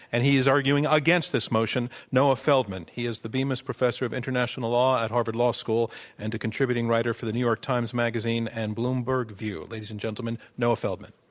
and he is arguing against this motion noah feldman. he is the beamis professor of international law at harvard law school and a contributing writer for the new york times magazine andbloomberg view. ladies and gentlemen, noah feldman.